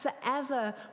forever